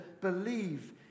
believe